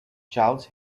charles